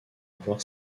avoir